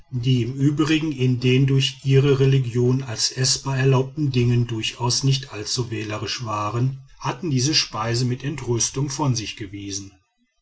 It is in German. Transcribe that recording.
die im übrigen in den durch ihre religion als eßbar erlaubten dingen durchaus nicht allzu wählerisch waren hatten diese speise mit entrüstung von sich gewiesen